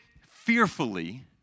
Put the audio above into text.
fearfully